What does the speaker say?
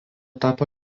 tapo